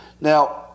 Now